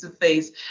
face